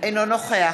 אינו נוכח